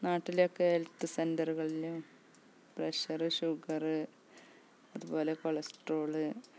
നാട്ടിലൊക്കെ ഹെൽത്ത് സെൻറ്ററുകളിലും pressure sugar അതുപോലെ കോളസ്ട്രോൾ